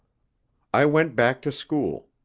i went back to school.